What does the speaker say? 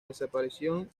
desaparición